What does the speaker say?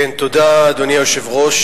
אדוני היושב-ראש,